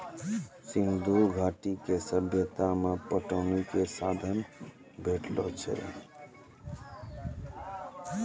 सिंधु घाटी के सभ्यता मे पटौनी के साधन भेटलो छै